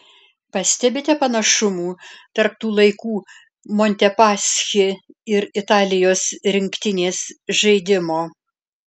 pastebite panašumų tarp tų laikų montepaschi ir italijos rinktinės žaidimo